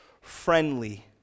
friendly